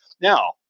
Now